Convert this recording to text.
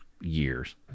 years